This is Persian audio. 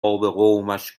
قومش